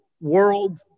world